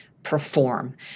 Perform